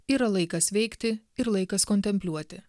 yra laikas veikti ir laikas kontempliuoti